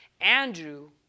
andrew